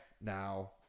now